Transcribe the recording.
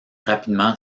rapidement